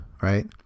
Right